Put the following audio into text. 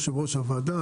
אדוני יושב-ראש הוועדה,